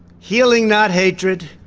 healing, not hatred.